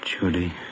Judy